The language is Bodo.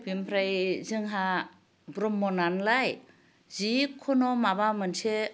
बेनिफ्राय जोंहा ब्रह्म नालाय जिखुनु माबा मोनसे